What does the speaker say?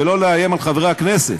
ולא לאיים על חברי הכנסת,